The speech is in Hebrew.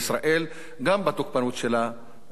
גם בתוקפנות שלה באזור.